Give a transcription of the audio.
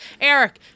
Eric